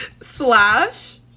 Slash